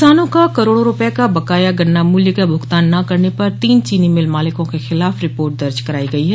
किसानों का करोड़ों रूपये का बकाया गन्ना मूल्य का भुगतान न करने पर तीन चीनी मिल मालिकों के खिलाफ रिपोर्ट दर्ज कराई गयी है